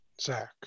Zach